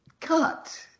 Cut